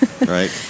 Right